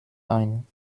ein